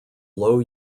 low